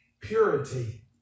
purity